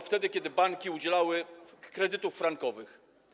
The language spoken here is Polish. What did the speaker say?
Wtedy, kiedy banki udzielały kredytów frankowych?